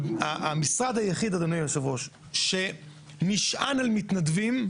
המשרד היחיד, אדוני יושב הראש, שנשען על מתנדבים,